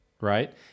right